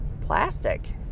plastic